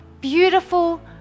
beautiful